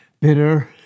Bitter